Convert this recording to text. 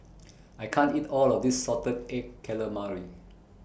I can't eat All of This Salted Egg Calamari